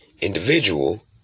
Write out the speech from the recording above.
individual